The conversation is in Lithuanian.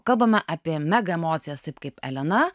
kalbame apie mega emocijas taip kaip elena